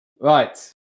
Right